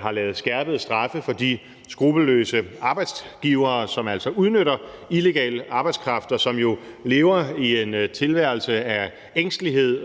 har lavet skærpede straffe for de skruppelløse arbejdsgivere, som altså udnytter illegal arbejdskraft, som jo konstant lever i en tilværelse af ængstelighed